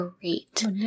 great